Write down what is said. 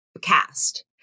cast